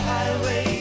Highway